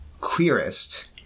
clearest